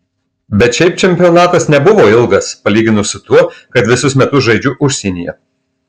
bet šiaip čempionatas nebuvo ilgas palyginus su tuo kad visus metus žaidžiu užsienyje